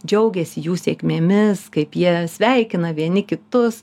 džiaugiasi jų sėkmėmis kaip jie sveikina vieni kitus